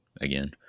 again